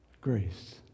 grace